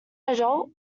adult